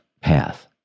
path